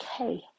okay